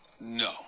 no